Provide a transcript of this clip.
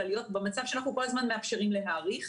אלא להיות במצב שאנחנו כל הזמן מאפשרים להאריך.